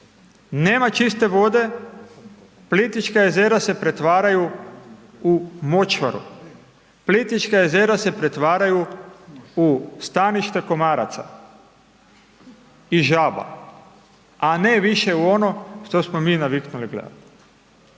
Nema čiste vode, Plitvička jezera se pretvaraju u močvaru. Plitvička jezera se pretvaraju u staništa komaraca i žaba a ne više u ono što smo mi naviknuli gledat.